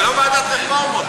זה לא ועדת רפורמות.